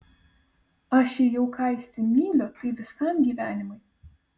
aš jei jau ką įsimyliu tai visam gyvenimui